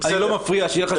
אני לא מפריע לך.